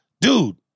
Dude